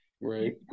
Right